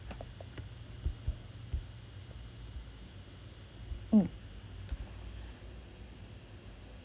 ugh